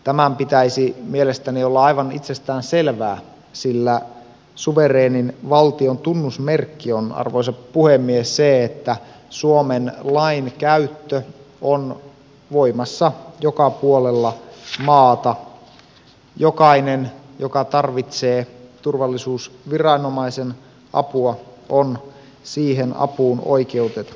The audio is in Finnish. tämän pitäisi mielestäni olla aivan itsestään selvää sillä suvereenin valtion tunnusmerkki on arvoisa puhemies että suomen lain käyttö on voimassa joka puolella maata ja jokainen joka tarvitsee turvallisuusviranomaisen apua on siihen apuun oikeutettu